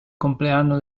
compleanno